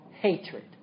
hatred